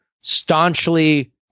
staunchly